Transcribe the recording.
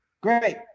Great